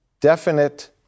definite